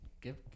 give